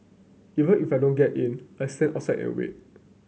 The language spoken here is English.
even if I don't get in I stand outside and wait